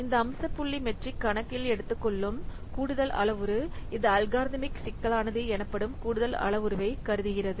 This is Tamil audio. இந்த அம்ச புள்ளி மெட்ரிக் கணக்கில் எடுத்துக்கொள்ளும் கூடுதல் அளவுரு இது அல்காரிதமிக் சிக்கலானது எனப்படும் கூடுதல் அளவுருவைக் கருதுகிறது